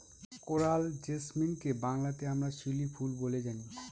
coral জেসমিনকে বাংলাতে আমরা শিউলি ফুল বলে জানি